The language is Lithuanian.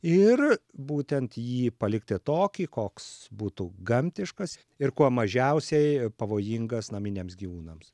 ir būtent jį palikti tokį koks būtų gamtiškas ir kuo mažiausiai pavojingas naminiams gyvūnams